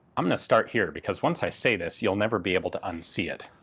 i'm gonna start here, because once i say this you'll never be able to unsee it.